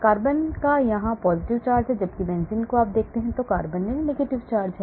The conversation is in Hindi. कार्बन का यहां positive charge है जबकि benzene में आप देखते हैं कि कार्बन में negative charge है